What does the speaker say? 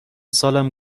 سالم